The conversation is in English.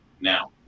now